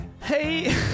Hey